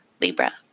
Libra